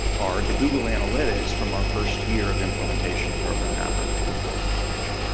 are the google analytics from our first year of implementation of program mapper at bakersfield college.